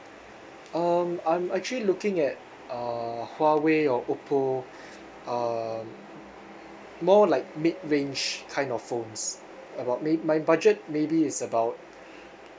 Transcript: um I'm actually looking at uh huawei or oppo um more like mid range kind of phones about may~ my budget maybe is about